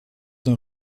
d’un